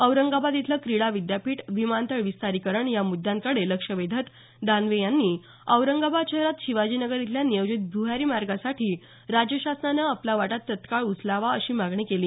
औरंगाबाद इथलं क्रिडा विद्यापीठ विमानतळ विस्तारीकरण या मुद्यांकडे लक्ष वेधत दानवे यांनी औरंगाबाद शहरात शिवाजीनगर इथल्या नियोजित भुयारी मार्गासाठी राज्यशासनानं आपला वाटा तत्काळ उचलावा अशी मागणी केली